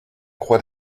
croix